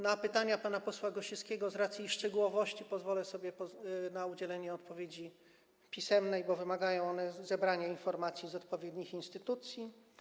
Na pytania pana posła Gosiewskiego z racji ich szczegółowości pozwolę sobie udzielić odpowiedzi pisemnej, bo wymagają one zebrania informacji z odpowiednich instytucji.